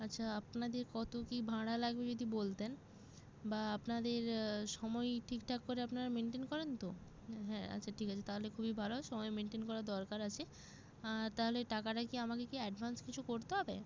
আচ্ছা আপনাদের কতো কী ভাঁড়া লাগবে যদি বলতেন বা আপনাদের সময়ই ঠিকঠাক করে আপনারা মেনটেন করেন তো হ্যাঁ আচ্ছা ঠিক আছে তাহলে খুবই ভালো সময় মেনটেন করার দরকার আছে তালে টাকাটা কি আমাকে কি অ্যাডভান্স কিছু করতে হবে